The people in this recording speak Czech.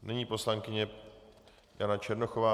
Nyní poslankyně Jana Černochová.